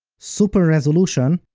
super resolution